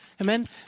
Amen